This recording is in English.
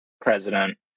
president